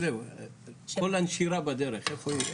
כל הנשירה בדרך איפה היא?